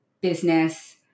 business